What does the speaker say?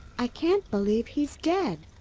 i can't believe he's dead!